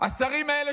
השרים האלה,